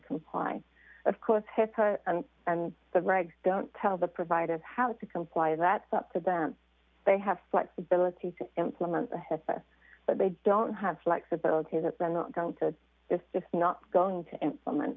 comply of course have the regs don't tell the provider how to comply that's up to them they have flexibility to implement the head but they don't have flexibility that they're not going to just just not going to implement